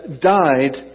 died